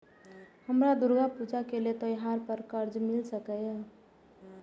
हमरा दुर्गा पूजा के लिए त्योहार पर कर्जा मिल सकय?